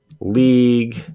league